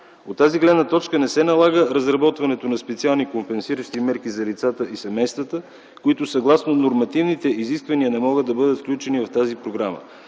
От тази гледна точка не се налага разработването на специални компенсиращи мерки за лицата и семействата, които съгласно нормативните изисквания не могат да бъдат включени в тази програма.